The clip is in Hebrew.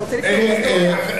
אתה רוצה לפתוח היסטוריה?